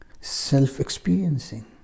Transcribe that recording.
self-experiencing